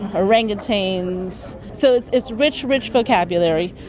orangutans. so it's it's rich, rich vocabulary.